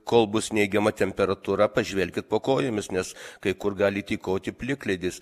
kol bus neigiama temperatūra pažvelkit po kojomis nes kai kur gali tykoti plikledis